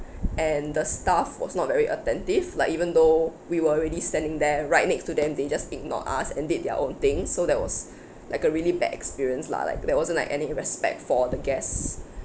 and the staff was not very attentive like even though we were already standing there right next to them they just ignore us and did their own thing so that was like a really bad experience lah like there wasn't like any respect for the guests